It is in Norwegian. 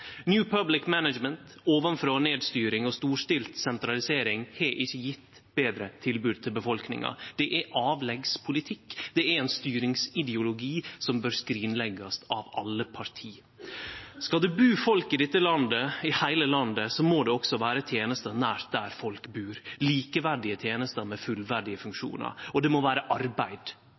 ovanfrå og ned-styring og storstilt sentralisering har ikkje gjeve betre tilbod til befolkninga. Det er avleggs politikk, det er ein styringsideologi som bør skrinleggjast av alle parti. Skal det bu folk i dette landet, i heile landet, må det også vere tenester nært der folk bur, likeverdige tenester med fullverdige funksjonar, og det må vere arbeid.